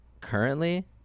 currently